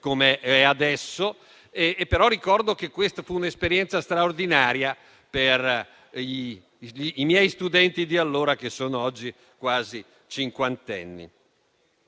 Ricordo che quella fu un'esperienza straordinaria per i miei studenti di allora, che sono oggi quasi cinquantenni.